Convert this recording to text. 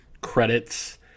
credits